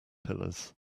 pillars